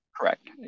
Correct